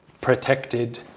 protected